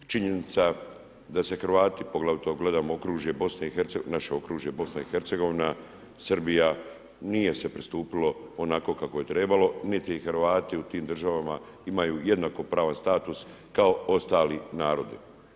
Činjenica da se Hrvati, poglavito ako gledamo okružje BiH, naše okružje BiH, Srbija, nije se pristupilo onako kako je trebalo, niti Hrvati u tim državama imaju jednako pravan status kao ostali narodi.